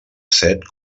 set